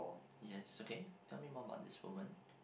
yes okay tell me more about this woman